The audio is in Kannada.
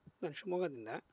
ನಾನು ಶಿವಮೊಗ್ಗದಿಂದ